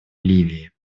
ливии